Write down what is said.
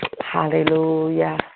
hallelujah